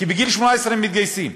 כי בגיל 18 הם מתגייסים,